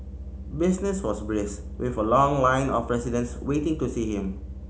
business was brisk with a long line of residents waiting to see him